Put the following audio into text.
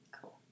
Cool